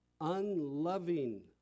unloving